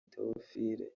theophile